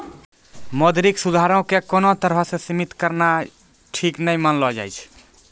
मौद्रिक सुधारो के कोनो तरहो से सीमित करनाय ठीक नै मानलो जाय छै